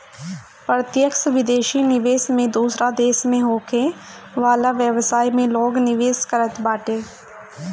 प्रत्यक्ष विदेशी निवेश में दूसरा देस में होखे वाला व्यवसाय में लोग निवेश करत बाटे